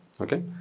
Okay